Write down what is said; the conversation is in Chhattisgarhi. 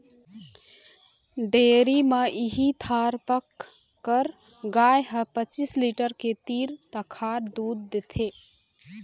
डेयरी म इहीं थारपकर गाय ह पचीस लीटर के तीर तखार दूद देथे